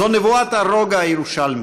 זו נבואת הרוגע הירושלמי,